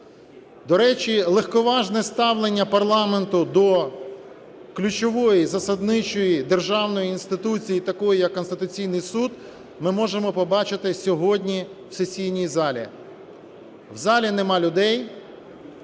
До речі, легковажне ставлення парламенту до ключової засадничої державної інституції, такої як Конституційний Суд, ми можемо бачити сьогодні в сесійній залі. В залі нема людей.